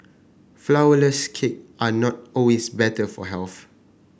flourless cake are not always better for health